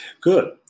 Good